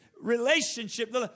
relationship